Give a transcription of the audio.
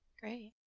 Great